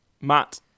Matt